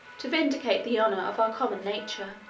to vindicate the honour of our common nature.